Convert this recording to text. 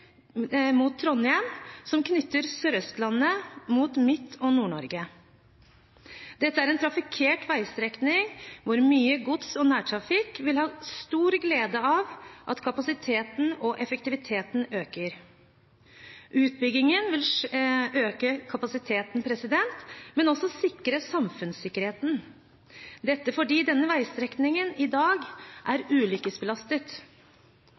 mot Trondheim som knytter Sør-Østlandet til Midt- og Nord-Norge. Dette er en trafikkert veistrekning hvor mye gods- og nærtrafikk vil ha stor glede av at kapasiteten og effektiviteten øker. Utbyggingen vil øke kapasiteten, men også sikre samfunnssikkerheten – dette fordi denne veistrekningen i dag